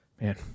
Man